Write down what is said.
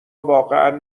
واقعا